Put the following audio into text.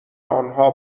آنها